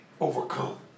overcome